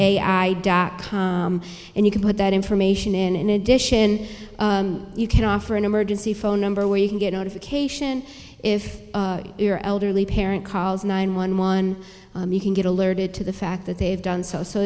i dot com and you can put that information in addition you can offer an emergency phone number where you can get notification if your elderly parent calls nine one one you can get alerted to the fact that they've done so so